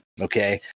Okay